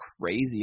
crazy